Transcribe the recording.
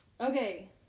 Okay